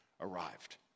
arrived